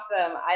Awesome